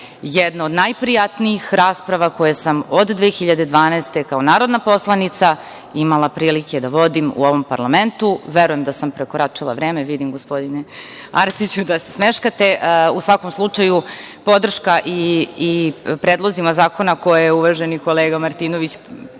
jedna od najprijatnijih rasprava koje sam, od 2012. godine kao narodna poslanica, imala prilike da vodim u ovom parlamentu. Verujem da sam prekoračila vreme. Vidim, gospodine Arsiću, da se smeškate. U svakom slučaju, podrška i predlozima zakona koje je uvaženi kolega Martinović